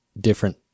different